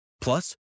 Plus